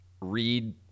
read